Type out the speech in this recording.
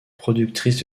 productrice